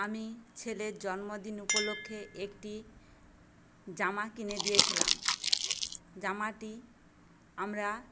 আমি ছেলের জন্মদিন উপলক্ষে একটি জামা কিনে দিয়েছিলাম জামাটি আমরা